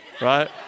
right